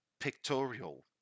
Pictorial